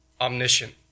omniscient